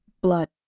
blood